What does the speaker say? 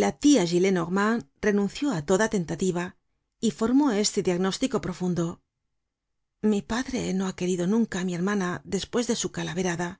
la tia gillenormand renunció á toda tentativa y formó este diagnóstico profundo mi padre no ha querido nunca á mi hermana despues de su calaverada